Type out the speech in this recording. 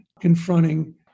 confronting